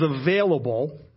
available